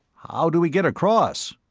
how do we get across?